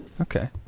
Okay